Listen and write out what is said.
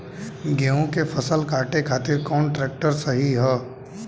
गेहूँ के फसल काटे खातिर कौन ट्रैक्टर सही ह?